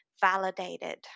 validated